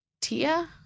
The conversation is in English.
Tia